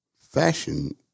fashion